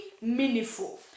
meaningful